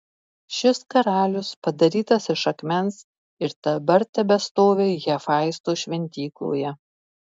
šis karalius padarytas iš akmens ir dabar tebestovi hefaisto šventykloje